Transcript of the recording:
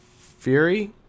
Fury